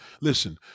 Listen